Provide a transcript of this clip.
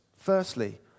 Firstly